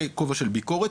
וכובע של ביקורת.